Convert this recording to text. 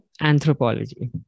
Anthropology